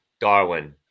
Darwin